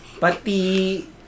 Pati